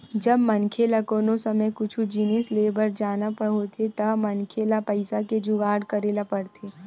जब मनखे ल कोनो समे कुछु जिनिस लेय बर पर जाना होथे त मनखे ल पइसा के जुगाड़ करे ल परथे